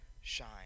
shine